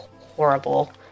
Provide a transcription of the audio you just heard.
horrible